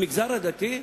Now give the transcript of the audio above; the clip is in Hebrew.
המגזר הדתי?